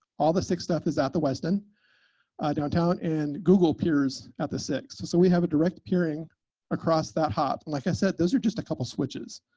all the sick stuff is at the west end downtown, and google peers at the six. so we have a direct peering across that hop. and like i said, those are just a couple of switches.